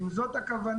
אם זאת הכוונה,